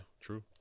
true